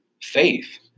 faith